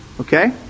Okay